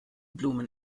blumen